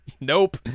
Nope